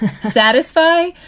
satisfy